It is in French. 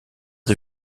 des